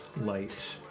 Light